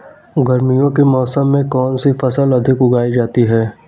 गर्मियों के मौसम में कौन सी फसल अधिक उगाई जाती है?